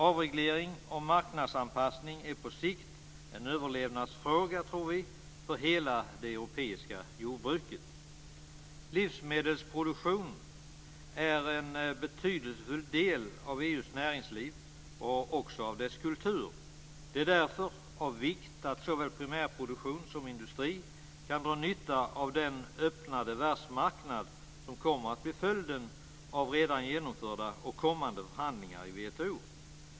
Avreglering och marknadsanpassning är på sikt en överlevnadsfråga för hela det europeiska jordbruket. Livsmedelsproduktion är en betydelsefull del av EU:s näringsliv och också av dess kultur. Det är därför av vikt att såväl primärproduktion som industri kan dra nytta av den öppnade världsmarknad som kommer att bli följden av redan genomförda och kommande förhandlingar i WTO.